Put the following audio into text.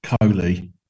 Coley